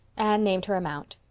named her amount.